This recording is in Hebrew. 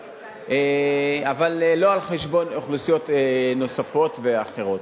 אבל לא על חשבון אוכלוסיות נוספות ואחרות.